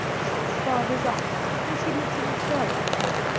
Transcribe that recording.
she's father's aunt and she lives in charlottetown.